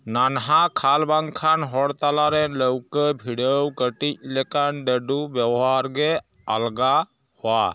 ᱱᱟᱱᱦᱟ ᱠᱷᱟᱞ ᱵᱟᱝᱠᱷᱟᱱ ᱦᱚᱲ ᱛᱟᱞᱟᱨᱮ ᱞᱟᱹᱣᱠᱟᱹ ᱵᱷᱤᱲᱟᱹᱣ ᱠᱟᱹᱴᱤ ᱞᱮᱠᱟᱱ ᱰᱟᱹᱰᱩ ᱵᱮᱵᱚᱦᱟᱨᱜᱮ ᱟᱞᱜᱟᱣᱟ